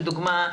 לדוגמה,